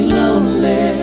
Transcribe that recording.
lonely